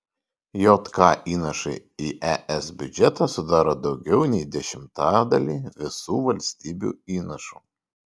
jk įnašai į es biudžetą sudaro daugiau nei dešimtadalį visų valstybių įnašų